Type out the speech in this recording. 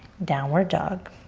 downward dog.